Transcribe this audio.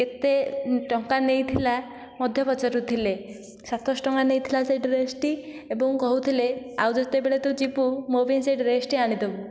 କେତେ ଟଙ୍କା ନେଇଥିଲେ ମଧ୍ୟ ପଚାରୁଥିଲେ ସାତଶହ ଟଙ୍କା ନେଇଥିଲା ସେ ଡ୍ରେସଟି ଏବଂ କହୁଥିଲେ ଆଉ ଯେତେବେଳେ ତୁ ଯିବୁ ମୋ ପାଇଁ ସେ ଡ୍ରେସଟି ଆଣିଦେବୁ